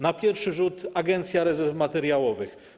Na pierwszy rzut Agencja Rezerw Materiałowych.